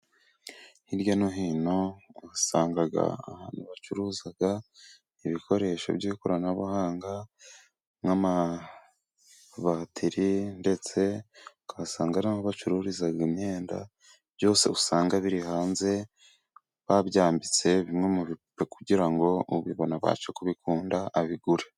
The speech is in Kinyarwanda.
Hirya no hino asanga ahantu bacuruza ibikoresho by'ikoranabuhanga nk'amabatiri, ndetse ukahasanga n'aho bacururiza imyenda, byose usanga biri hanze babyambitse bimwe mu bipupe, kugira ngo ubibona abashe kubikunda abigure.